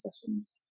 sessions